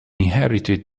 inherited